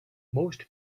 most